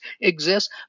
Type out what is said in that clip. exist